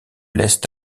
l’est